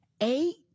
Eight